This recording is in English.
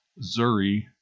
Zuri